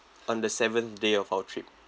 on the seventh day of our trip